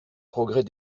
progrès